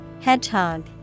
Hedgehog